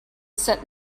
set